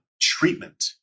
treatment